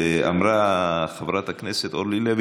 שאמרה חברת הכנסת אורלי לוי,